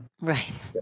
right